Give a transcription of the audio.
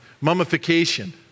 mummification